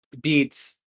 beats